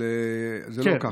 אבל זה לא ככה.